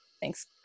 thanks